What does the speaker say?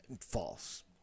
false